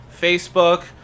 Facebook